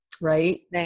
Right